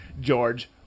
George